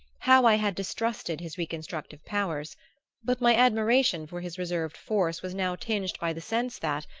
how i had distrusted his reconstructive powers but my admiration for his reserved force was now tinged by the sense that,